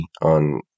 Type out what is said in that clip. on